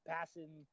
Passing